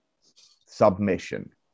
submission